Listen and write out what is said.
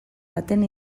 baten